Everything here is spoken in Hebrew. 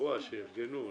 באירוע שארגנו "לקט"?